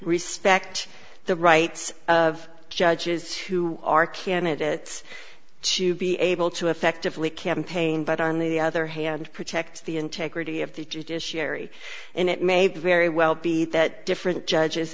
respect the rights of judges who are candidates to be able to effectively campaign but on the other hand protect the integrity of the judiciary and it may very well be that different judges